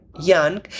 young